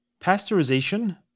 pasteurization